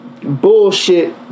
bullshit